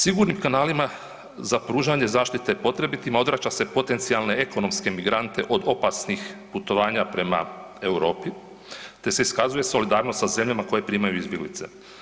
Sigurnim kanalima za pružanje zaštite potrebitima odvraća se potencijale ekonomske migrante od opasnih putovanja prema Europi te se iskazuje solidarnost sa zemljama koje primaju izbjeglice.